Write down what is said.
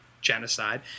genocide